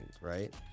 right